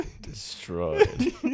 Destroyed